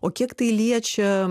o kiek tai liečia